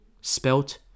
spelt